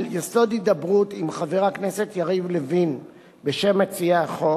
על יסוד הידברות עם חבר הכנסת יריב לוין בשם מציעי החוק,